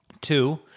Two